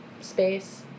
space